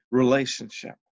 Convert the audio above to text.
relationship